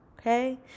Okay